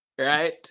Right